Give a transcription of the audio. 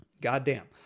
Goddamn